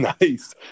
Nice